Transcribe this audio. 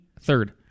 third